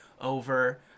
over